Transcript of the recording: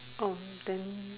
orh then